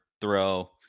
throw